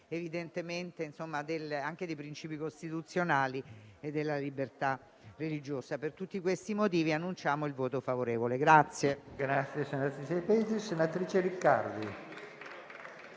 garanzia anche dei principi costituzionali e della libertà religiosa. Per tutti questi motivi annuncio il voto favorevole del